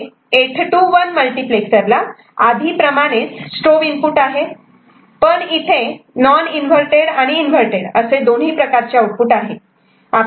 तर इथे 8 to 1 मल्टिप्लेक्सरला आधीप्रमाणेच स्ट्रोब इनपुट आहे पण इथे नॉन इन्वव्हरटेड आणि इन्वव्हरटेड असे दोन्ही प्रकारचे आउटपुट आहेत